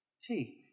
Hey